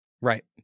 Right